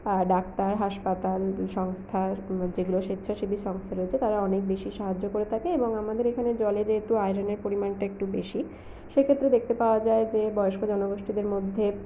doctor হাসপাতাল সংস্থা যেগুলো স্বেচ্ছাসেবী সংস্থা রয়েছে তারা অনেক বেশি সাহায্য করে থাকে এবং আমাদের এখানে জলে যেহেতু আয়রনের পরিমাণটা একটু বেশি সেক্ষেত্রে দেখতে পাওয়া যায় যে বয়স্ক জনগোষ্ঠীদের মধ্যে